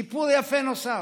סיפור יפה נוסף: